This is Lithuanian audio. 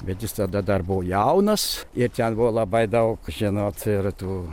bet jis tada dar buvo jaunas ir ten buvo labai daug žinot ir tų